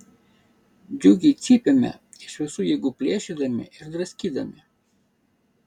džiugiai cypėme iš visų jėgų plėšydami ir draskydami